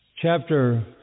chapter